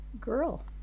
girl